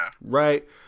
Right